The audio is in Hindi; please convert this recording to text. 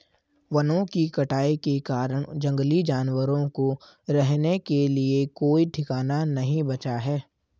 वनों की कटाई के कारण जंगली जानवरों को रहने के लिए कोई ठिकाना नहीं बचा है